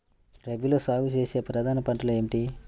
రబీలో సాగు చేసే ప్రధాన పంటలు ఏమిటి?